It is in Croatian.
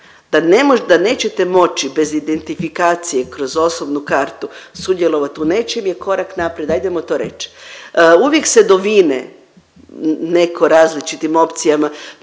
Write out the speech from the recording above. da nećete moći bez identifikacije kroz osobnu kartu sudjelovat u nečem, je korak naprijed ajdemo to reć. Uvijek se dovine netko različitim opcijama,